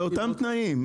באותם תנאים.